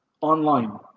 online